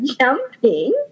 jumping